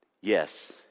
yes